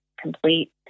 complete